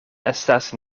estas